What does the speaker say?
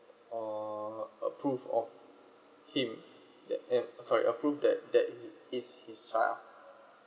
or approve of him sorry approve that that is his child